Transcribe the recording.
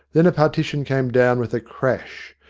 then a partition came down with a crash,